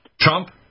Trump